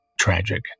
tragic